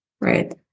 right